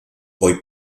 hoy